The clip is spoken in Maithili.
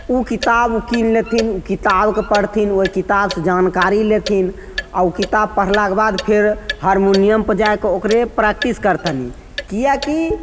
उ किताब किन लेथिन किताबके पढ़थिन ओइ किताबसँ जानकारी लेथिन आओर उ किताब पढ़लाके बाद फेर हारमोनियम बजाकऽ ओकरे प्रैक्टिस करथनि किएक कि